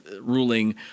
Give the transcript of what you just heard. ruling